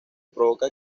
provoca